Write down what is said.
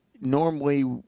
normally